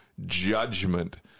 judgment